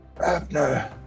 Abner